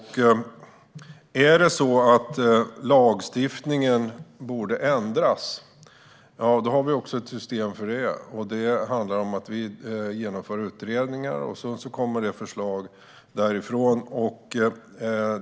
Är det så att lagstiftningen borde ändras har vi också ett system för det. Det handlar om att vi genomför utredningar. Sedan kommer det förslag därifrån.